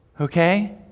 okay